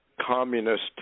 communist